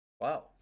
Wow